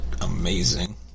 amazing